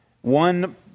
one